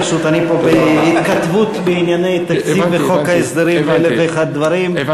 פשוט אני פה בהתכתבות בענייני תקציב וחוק ההסדרים ואלף ואחד דברים.